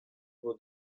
vos